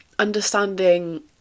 understanding